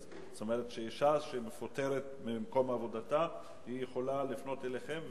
אז זאת אומרת שאשה שמפוטרת ממקום עבודה יכולה לפנות אליכם,